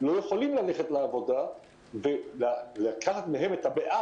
אני נותנת את הנתונים.